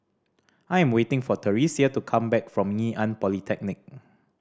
I am waiting for Theresia to come back from Ngee Ann Polytechnic